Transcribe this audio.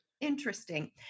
Interesting